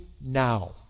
now